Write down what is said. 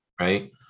right